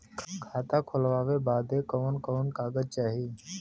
खाता खोलवावे बादे कवन कवन कागज चाही?